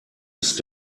ist